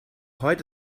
heute